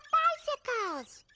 bicycles.